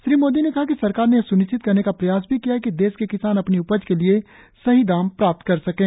श्री मोदी ने कहा कि सरकार ने यह सुनिश्चित करने का प्रयास भी किया है कि देश के किसान अपनी उपज के लिए सही दाम प्राप्त कर सकें